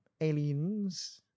Aliens